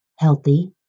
Healthy